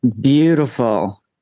Beautiful